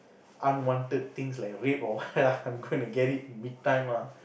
unwanted things like rape or what I'm gonna get it Big Time lah